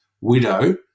widow